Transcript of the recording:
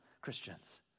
Christians